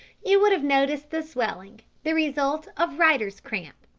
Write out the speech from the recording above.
you would have noticed the swelling, the result of writers' cramp.